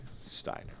Steiner